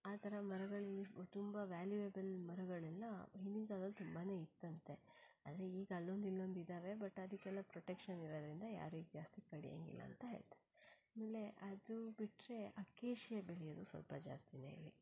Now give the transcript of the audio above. ಆ ಥರ ಮರಗಳು ತುಂಬ ವಾಲ್ಯೂಯೆಬಲ್ ಮರಗಳೆಲ್ಲ ಹಿಂದಿನ ಕಾಲ್ದಲ್ಲಿ ತುಂಬಾ ಇತ್ತಂತೆ ಆದರೆ ಈಗ ಅಲ್ಲೊಂದು ಇಲ್ಲೊಂದು ಇದ್ದಾವೆ ಬಟ್ ಅದಕ್ಕೆಲ್ಲ ಪ್ರೊಟೆಕ್ಷನ್ ಇರೋದರಿಂದ ಯಾರೂ ಈಗ ಜಾಸ್ತಿ ಕಡಿಯೋಂಗಿಲ್ಲ ಅಂತ ಹೇಳ್ತಾರೆ ಆಮೇಲೆ ಅದು ಬಿಟ್ಟರೆ ಅಕ್ಕೇಶ್ಯ ಬೆಳ್ಯೋದು ಸ್ವಲ್ಪ ಜಾಸ್ತಿನೇ ಇಲ್ಲಿ